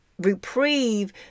reprieve